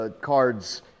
cards